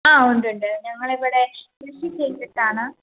ആ ഉണ്ടുണ്ട് ഞങ്ങളിവിടെ കൃഷി ചെയ്തിട്ടാണ്